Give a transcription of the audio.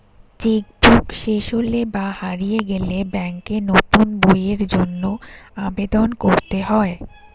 check book শেষ হলে বা হারিয়ে গেলে ব্যাঙ্কে নতুন বইয়ের জন্য আবেদন করতে হয়